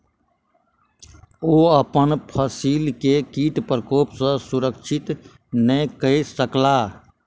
ओ अपन फसिल के कीट प्रकोप सॅ सुरक्षित नै कय सकला